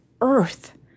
earth